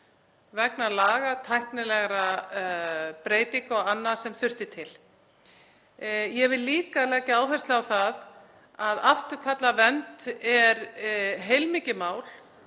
vegna lagatæknilegra breytinga og annars sem þurfti til. Ég vil líka leggja áherslu á að það að afturkalla vernd er heilmikið mál